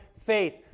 faith